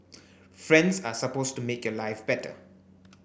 friends are supposed to make your life better